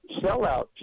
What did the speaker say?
sellout